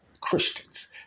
Christians